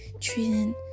treating